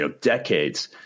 decades